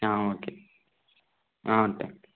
ஆ okay ஆ thanks